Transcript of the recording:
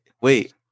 wait